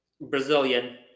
Brazilian